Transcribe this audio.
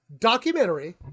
documentary